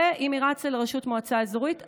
ואם היא רצה לראשות מועצה אזורית,